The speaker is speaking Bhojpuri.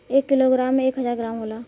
एक किलोग्राम में एक हजार ग्राम होला